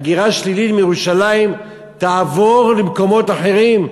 מירושלים תעבור למקומות אחרים.